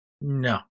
No